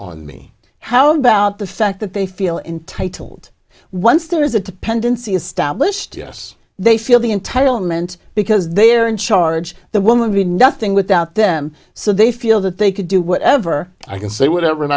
on me how about the fact that they feel entitled once there is a dependency established yes they feel the entitlement because they're in charge the woman be nothing without them so they feel that they could do whatever i can say whatever and